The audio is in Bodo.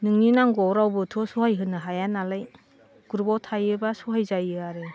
नोंनि नांगौआव रावबोथ' सहाय होनो हाया नालाय ग्रुपाव थायोबा सहाय जायो आरो